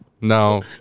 No